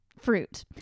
Fruit